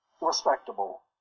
respectable